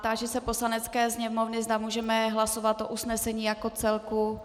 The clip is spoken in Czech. Táži se Poslanecké sněmovny, zda můžeme hlasovat o usnesení jako celku.